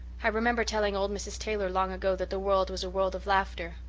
i remember telling old mrs. taylor long ago that the world was a world of laughter.